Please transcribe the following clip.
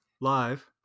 live